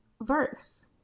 verse